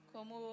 Como